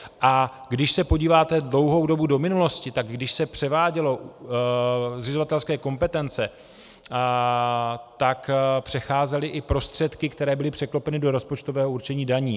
A když se podíváte dlouhou dobu do minulosti, tak když se převáděly zřizovatelské kompetence, tak přecházely i prostředky, které byly překlopeny do rozpočtového určení daní.